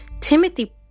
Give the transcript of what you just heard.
Timothy